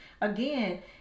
again